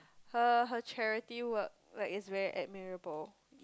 her her charity work like is very admirable